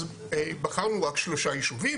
אז בחרנו רק שלושה יישובים,